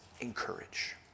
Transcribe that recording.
encourage